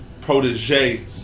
Protege